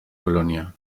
colonia